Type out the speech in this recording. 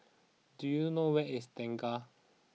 do you know where is Tengah